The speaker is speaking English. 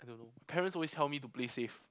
I don't know parents always tell me to play safe